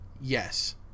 Yes